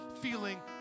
feeling